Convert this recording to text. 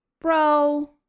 bro